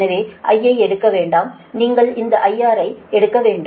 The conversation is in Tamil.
எனவே I ஐ எடுக்க வேண்டாம் நீங்கள் இந்த IR ஐ எடுக்க வேண்டும்